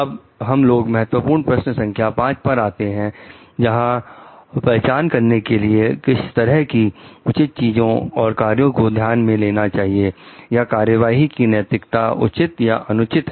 अब हम लोग महत्वपूर्ण प्रश्न संख्या पांच पर आते हैं जैसे पहचान करने के लिए किस तरह की उचित चीजों और कार्यों को ध्यान में लेना चाहिए या कार्यवाही की नैतिकता उचित या अनुचित है